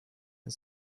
and